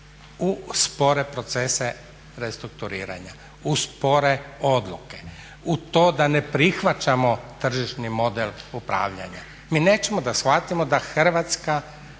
U spore procese restrukturiranja, u spore odluke, u to da ne prihvaćamo tržišni model upravljanja. Mi nećemo da shvatimo da Hrvatska